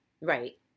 Right